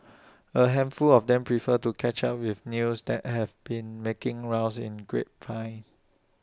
A handful of them prefer to catch up with news that have been making rounds in grapevine